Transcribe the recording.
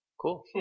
Cool